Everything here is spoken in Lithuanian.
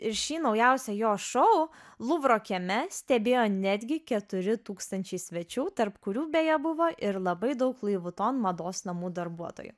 ir šį naujausią jo šou luvro kieme stebėjo netgi keturi tūkstančiai svečių tarp kurių beje buvo ir labai daug lui vuitton mados namų darbuotojų